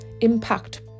impact